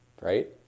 Right